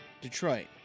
Detroit